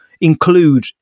include